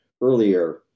earlier